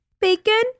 bacon